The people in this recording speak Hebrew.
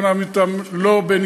לא נעמיד אותם בניסיון,